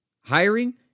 hiring